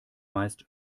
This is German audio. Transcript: meist